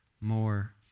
more